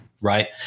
Right